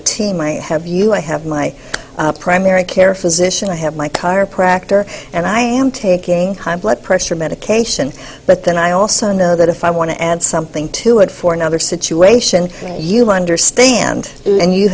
a team i have you i have my primary care physician i have my current practice and i am taking high blood pressure medication but then i also know that if i want to add something to it for another situation you understand and you